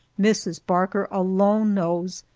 mrs. barker alone knows,